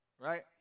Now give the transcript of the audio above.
Right